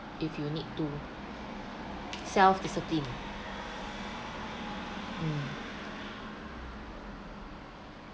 if you need to self-discipline mm